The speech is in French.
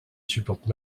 supporte